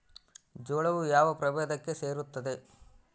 ಜೋಳವು ಯಾವ ಪ್ರಭೇದಕ್ಕೆ ಸೇರುತ್ತದೆ?